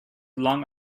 long